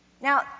Now